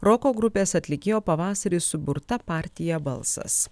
roko grupės atlikėjo pavasarį suburta partija balsas